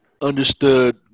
understood